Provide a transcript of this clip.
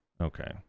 Okay